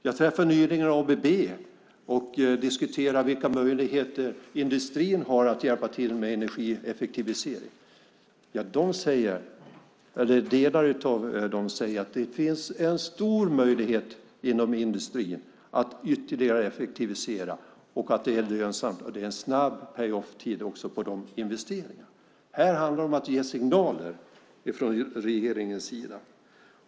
Jag träffade nyligen ABB och diskuterade vilka möjligheter industrin har att hjälpa till med energieffektivisering. En del av dem säger att det finns en stor möjlighet inom industrin att ytterligare effektivisera. Det är lönsamt, och det är en kort pay off-tid på de investeringarna. Det handlar om att ge signaler från regeringens sida.